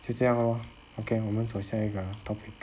就这样 lor okay 我们走下一个 topic